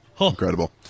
Incredible